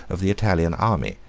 of the italian army.